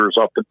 up